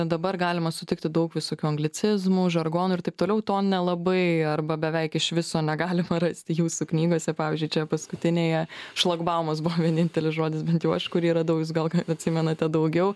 dabar galima sutikti daug visokių anglicizmų žargono ir taip toliau to nelabai arba beveik iš viso negalima rasti jūsų knygose pavyzdžiui čia paskutinėje šlagbaumas buvo vienintelis žodis bent jau aš kurį radau jūs gal k atsimenate daugiau